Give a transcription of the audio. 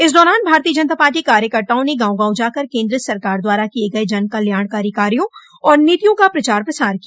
इस दौरान भाजपा कार्यकर्ताओं ने गांव गांव जाकर केन्द्र सरकार द्वारा किये गये जनकल्याणकारी कार्यो और नीतियों का प्रचार प्रसार किया